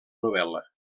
novel·la